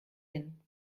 hin